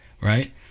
right